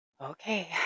okay